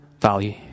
value